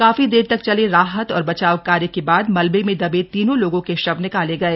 काफी देर तक चले राहत और बचाव कार्य के बाद मलबे में दबे तीनों लोगों के शव निकाले गए